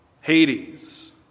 Hades